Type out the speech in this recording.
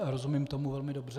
Rozumím tomu velmi dobře.